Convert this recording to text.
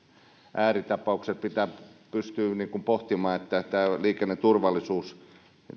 ääritapaukset pitää pystyä pohtimaan että liikenneturvallisuus